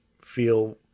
feel